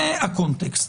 זה הקונטקסט.